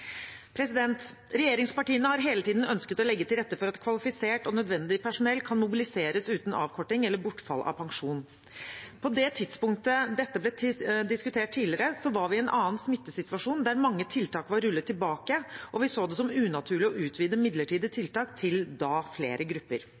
Regjeringspartiene har hele tiden ønsket å legge til rette for at kvalifisert og nødvendig personell kan mobiliseres uten avkorting eller bortfall av pensjon. På det tidspunktet dette ble diskutert tidligere, var vi i en annen smittesituasjon der mange tiltak var rullet tilbake, og vi så det da som unaturlig å utvide midlertidige